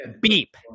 beep